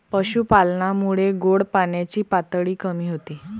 पशुपालनामुळे गोड पाण्याची पातळी कमी होते